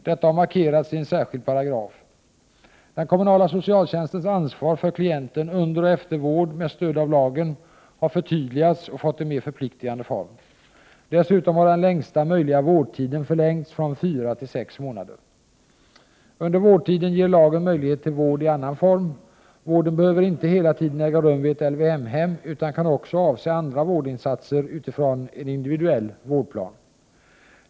Detta har markerats i en särskild paragraf. Den kommunala socialtjänstens ansvar för klienten under och efter vård med stöd Prot. 1988/89:123 av lagen har förtydligats och fått en mer förpliktigande form. Dessutom har 29 maj 1989 den längsta möjliga vårdtiden förlängts från fyra till sex månader. Under vårdtiden ger lagen möjlighet till vård i annan form. Vården behöver inte hela tiden äga rum vid ett LYM-hem, utan kan också avse andra vårdinsatser utifrån en individuell vårdplan.